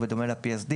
הוא בדומה ל-PSD.